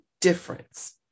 difference